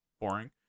Boring